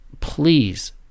please